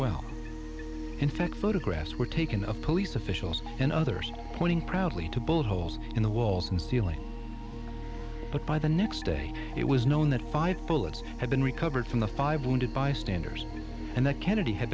well in fact photographs were taken of police officials and others pointing proudly to bullet holes in the walls and ceiling but by the next day it was known that five bullets had been recovered from the five wounded bystanders and that kennedy had